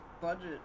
budget